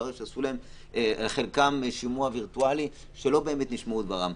התברר שלחלקם עשו שימוע וירטואלי ולא באמת נשמעו דבריהם.